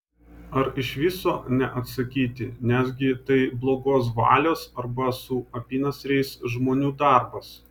ar iš viso neatsakyti nesgi tai blogos valios arba su apynasriais žmonių darbas